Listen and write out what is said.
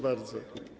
bardzo.